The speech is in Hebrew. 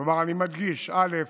כלומר, אני מדגיש: א.